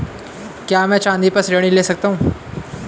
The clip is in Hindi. क्या मैं चाँदी पर ऋण ले सकता हूँ?